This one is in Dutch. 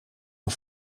een